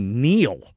kneel